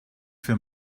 für